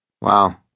Wow